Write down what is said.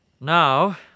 Now